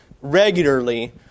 regularly